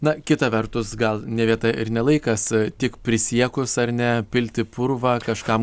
na kita vertus gal ne vieta ir ne laikas tik prisiekus ar ne pilti purvą kažkam